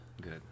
Good